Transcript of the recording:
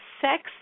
sex